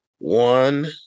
One